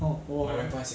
oh 我